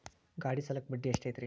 ಗಾಡಿ ಸಾಲಕ್ಕ ಬಡ್ಡಿ ಎಷ್ಟೈತ್ರಿ?